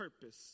purpose